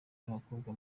n’abakobwa